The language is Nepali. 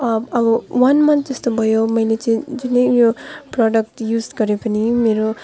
अब वान मन्थ जस्तो भयो मैले चाहिँ जुनै यो प्रोडक्ट युज गरे पनि मेरो